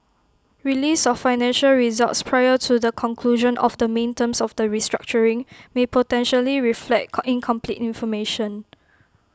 release of financial results prior to the conclusion of the main terms of the restructuring may potentially reflect com incomplete information